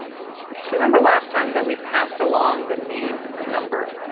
so remember last time that we passed along the name and the number.